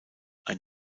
ein